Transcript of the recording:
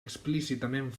explícitament